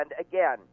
again